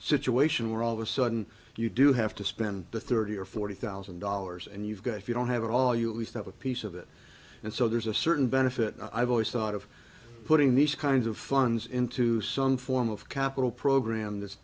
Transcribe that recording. situation where all of a sudden you do have to spend the thirty or forty thousand dollars and you've got if you don't have it all you at least have a piece of it and so there's a certain benefit i've always thought of putting these kinds of funds into some form of capital program th